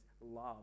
love